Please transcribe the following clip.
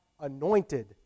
anointed